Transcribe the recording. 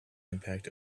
impact